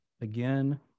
again